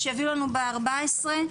שיביאו בארבע עשרה.